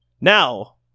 Now